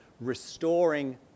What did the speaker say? restoring